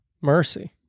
Mercy